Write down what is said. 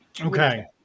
Okay